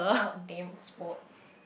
out damn sport